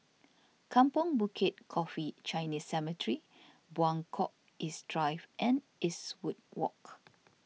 Kampong Bukit Coffee Chinese Cemetery Buangkok East Drive and Eastwood Walk